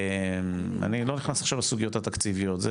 אני לא נכנס עכשיו לסוגיות התקציביות,